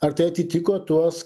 ar tai atitiko tuos